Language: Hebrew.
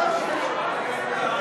דיווח על המתת כלבים),